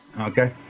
Okay